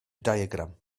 diagram